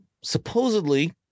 Supposedly